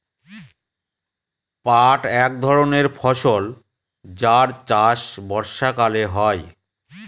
পাট এক ধরনের ফসল যার চাষ বর্ষাকালে হয়